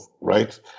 right